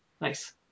nice